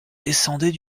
descendait